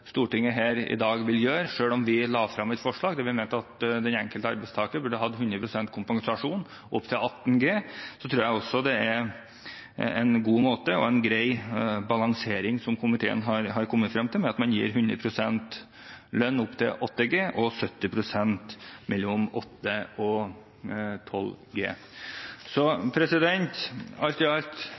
Stortinget vil gjøre her i dag. Selv om vi la frem et forslag der vi mente at den enkelte arbeidstaker burde ha 100 pst. kompensasjon opp til 18 G, tror jeg komiteen har kommet frem til en god måte å gjøre dette på og en grei balansering ved at man gir 100 pst. lønn opp til 8 G, og 70 pst. mellom 8 og 12 G. Alt i alt